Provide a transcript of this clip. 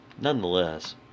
nonetheless